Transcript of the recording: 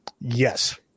Yes